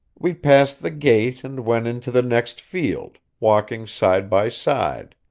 we passed the gate and went into the next field, walking side by side.